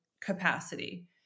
capacity